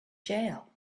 jail